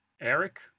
Eric